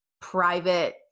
private